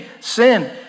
sin